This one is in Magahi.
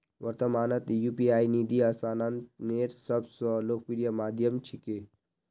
वर्त्तमानत यू.पी.आई निधि स्थानांतनेर सब स लोकप्रिय माध्यम छिके